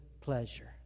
pleasure